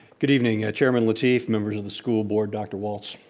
good evening, ah chairman lateef, members of the school board, dr. walt.